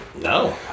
no